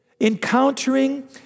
Encountering